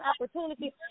opportunities